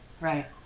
Right